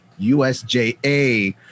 USJA